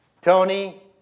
Tony